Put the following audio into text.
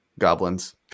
goblins